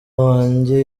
wanjye